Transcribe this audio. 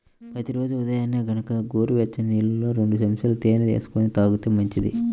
ప్రతి రోజూ ఉదయాన్నే గనక గోరువెచ్చని నీళ్ళల్లో రెండు చెంచాల తేనె వేసుకొని తాగితే మంచిది